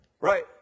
Right